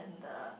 the